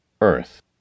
Earth